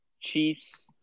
Chiefs